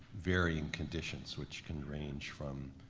varying conditions, which can range from